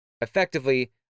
effectively